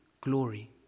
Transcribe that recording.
glory